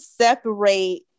separate